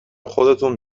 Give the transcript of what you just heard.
خودتون